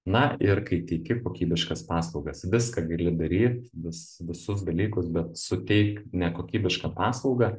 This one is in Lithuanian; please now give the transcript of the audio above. na ir kai teiki kokybiškas paslaugas viską gali daryt vis visus dalykus bet suteik nekokybišką paslaugą